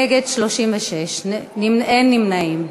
36 נגד, אין נמנעים.